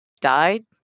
died